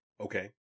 Okay